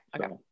Okay